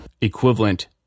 equivalent